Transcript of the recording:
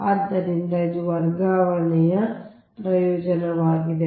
ಆದ್ದರಿಂದ ಇದು ವರ್ಗಾವಣೆಯ ಪ್ರಯೋಜನವಾಗಿದೆ